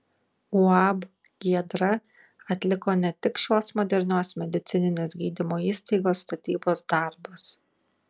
uab giedra atliko ne tik šios modernios medicininės gydymo įstaigos statybos darbus